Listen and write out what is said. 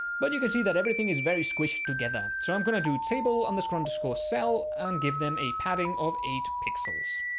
but you can see that everything is very squished together, so i'm going to do a table underscore underscore cell, and give them a padding of eight pixels.